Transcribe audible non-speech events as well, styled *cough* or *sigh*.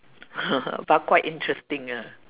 *laughs* but quite interesting ya